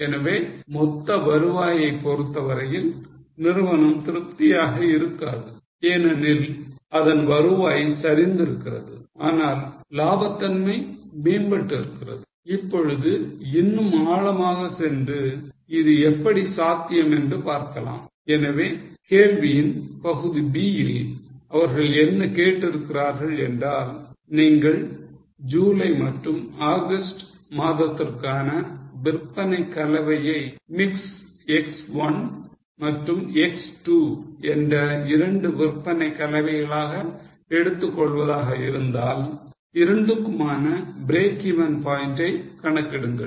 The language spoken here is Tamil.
எனவே மொத்த வருவாயை பொறுத்தவரையில் நிறுவனம் திருப்தியாக இருக்காது ஏனெனில் அதன் வருவாய் சரிந்திருக்கிறது ஆனால் லாப தன்மை மேம்பட்டு இருக்கிறது இப்பொழுது இன்னும் ஆழமாக சென்று இது எப்படி சாத்தியம் என்று பார்க்கலாம் எனவே கேள்வியின் பகுதி B யில் அவர்கள் என்ன கேட்டு இருக்கிறார்கள் என்றால் நீங்கள் ஜூலை மற்றும் ஆகஸ்ட் மாதத்திற்கான விற்பனை கலவையை mix X 1 மற்றும் X 2 என்ற இரண்டு விற்பனை கலவைகளாக எடுத்துக் கொள்வதாக இருந்தால் இரண்டுக்குமான breakeven point ஐ கணக்கிடுங்கள்